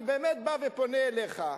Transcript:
אני באמת בא ופונה אליך,